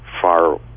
far